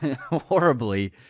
horribly